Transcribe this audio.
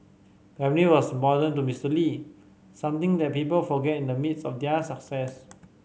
family was important to Mister Lee something that people forget in the midst of their success